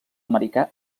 americà